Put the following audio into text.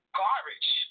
garbage